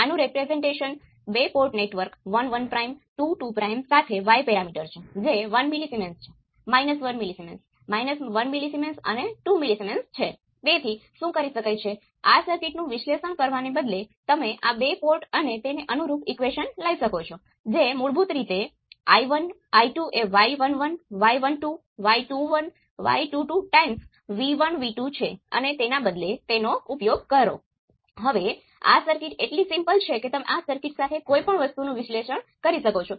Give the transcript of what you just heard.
આ y parameter નક્કી કરવા માટે તમારે માત્ર એક વખત ગણતરી કરવાની જરૂર છે અને તે પછી તમે ફક્ત y પેરામિટર નો ઉપયોગ કરી શકો છો